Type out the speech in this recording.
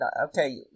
okay